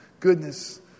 goodness